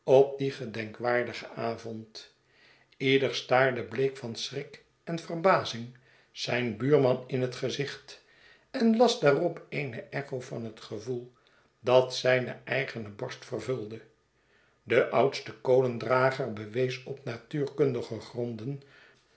op dien gedenkwaardigen avond ieder staarde bleek van schrik en verbazing zijn buurman in het gezicht en las daarop eene echo van het gevoel dat zijne eigene borst vervulde de oudste kolendrager bewees op natuurkundige gronden